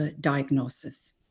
diagnosis